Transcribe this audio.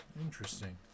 Interesting